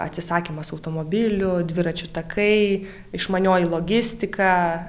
atsisakymas automobilių dviračių takai išmanioji logistika